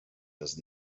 does